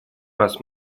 раз